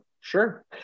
sure